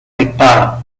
hectares